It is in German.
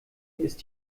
ist